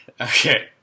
okay